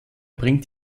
bringt